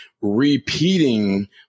repeating